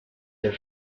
del